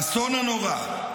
האסון הנורא,